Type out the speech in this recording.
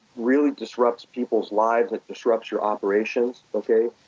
really disrupts people's lives. it disrupts your operations, okay?